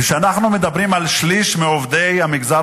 כשאנחנו מדברים על שליש מעובדי המגזר